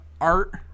art